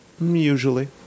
Usually